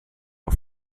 auf